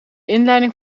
inleiding